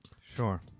Sure